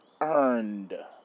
earned